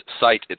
site